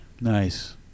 nice